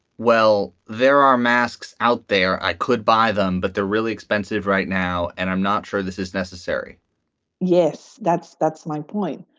well, there are masks out there, i could buy them, but they're really expensive right now and i'm not sure this is necessary yes, that's that's my point.